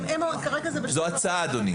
זו הצעה, אדוני.